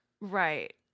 right